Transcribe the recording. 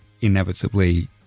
inevitably